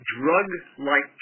drug-like